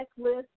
checklist